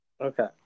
Okay